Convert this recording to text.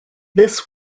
this